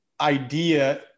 idea